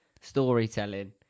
storytelling